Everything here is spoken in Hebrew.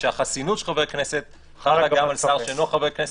החסינות של חברי כנסת חלה גם על שר שאינו חבר כנסת,